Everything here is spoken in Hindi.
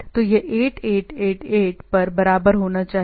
तो यह 8 8 8 8 पर बराबर होना चाहिए